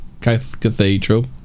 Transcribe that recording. Cathedral